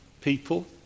people